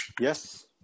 Yes